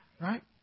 Right